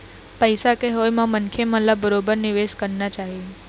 पइसा के होय म मनखे मन ल बरोबर निवेश करना चाही